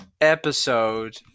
episode